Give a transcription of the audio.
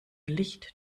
licht